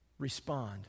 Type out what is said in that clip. Respond